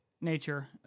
nature